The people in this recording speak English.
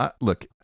look